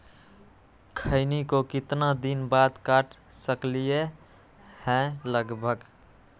खैनी को कितना दिन बाद काट सकलिये है लगभग?